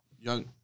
Young